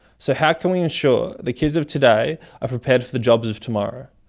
so how can we ensure the kids of today are prepared for the jobs of tomorrow?